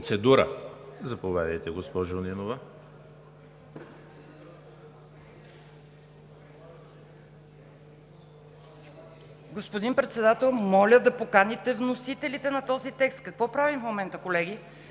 Заповядайте, госпожо Нинова.